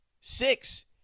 Six